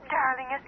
darling